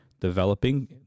developing